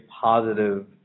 positive